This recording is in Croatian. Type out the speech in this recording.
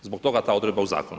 Zbog toga ta odredba u zakonu.